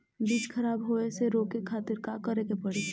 बीज खराब होए से रोके खातिर का करे के पड़ी?